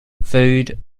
food